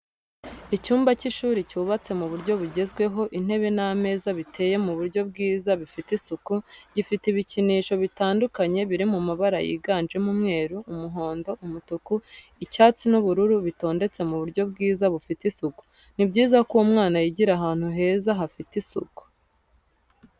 Icyumba cy'ishuri cyubatse mu buryo bugezweho, intebe n'ameza biteye mu buryo bwiza bifite isuku, gifite ibikinisho bitandukanye biri mabara yiganjemo umweru, umuhondo, umutuku, icyatsi n'ubururu bitondetse mu buryo bwiza bufite isuku. Ni byiza ko umwana yigira ahantu heza hafite isuku.